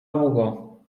długo